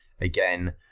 again